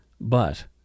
But-